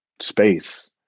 space